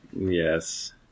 Yes